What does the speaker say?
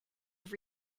have